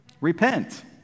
Repent